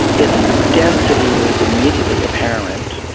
it's density was immediately apparent.